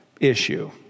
issue